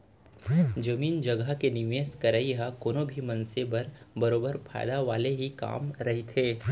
जमीन जघा के निवेस करई ह कोनो भी मनसे बर बरोबर फायदा वाले ही काम रहिथे